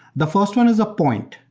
the first one is a point.